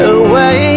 away